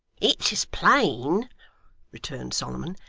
it's as plain returned solomon,